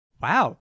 Wow